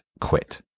quit